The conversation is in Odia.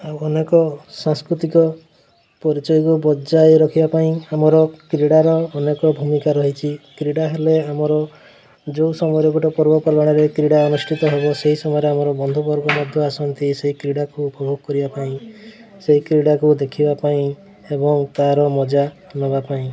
ଆଉ ଅନେକ ସାଂସ୍କୃତିକ ପରିଚୟକୁ ବଜାଇ ରଖିବା ପାଇଁ ଆମର କ୍ରୀଡ଼ାର ଅନେକ ଭୂମିକା ରହିଛି କ୍ରୀଡ଼ା ହେଲେ ଆମର ଯେଉଁ ସମୟରେ ଗୋଟେ ପର୍ବପର୍ବାଣୀରେ କ୍ରୀଡ଼ା ଅନୁଷ୍ଠିତ ହେବ ସେହି ସମୟରେ ଆମର ବନ୍ଧୁବର୍ଗ ମଧ୍ୟ ଆସନ୍ତି ସେଇ କ୍ରୀଡ଼ାକୁ ଉପଭୋଗ କରିବା ପାଇଁ ସେଇ କ୍ରୀଡ଼ାକୁ ଦେଖିବା ପାଇଁ ଏବଂ ତା'ର ମଜା ନେବା ପାଇଁ